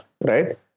right